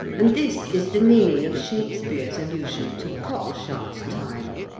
and this is the meaning of shakespeare's allusion to cock-shut time.